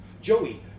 Joey